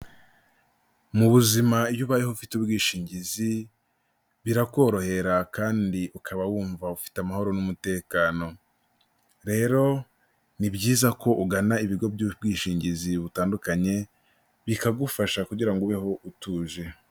Mu buzima iyo ubayeho ufite ubwishingizi, birakorohera kandi ukaba wumva ufite amahoro n'umutekano, rero ni byiza ko ugana ibigo by'ubwishingizi butandukanye, bikagufasha kugira ngo ubeho utuje.